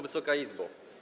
Wysoka Izbo!